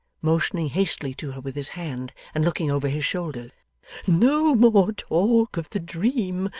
motioning hastily to her with his hand and looking over his shoulder no more talk of the dream,